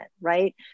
right